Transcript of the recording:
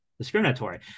Discriminatory